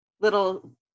little